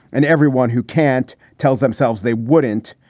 and everyone who can't tells themselves they wouldn't.